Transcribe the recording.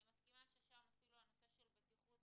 אני מסכימה ששם אפילו הנושא של בטיחות,